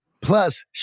Plus